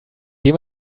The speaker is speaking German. dem